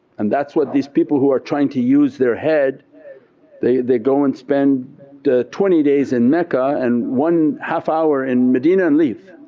and that's what these people who are trying to use their head they they go and spend twenty days in mecca and one half hour in madina and leave.